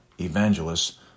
evangelists